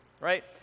right